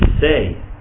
say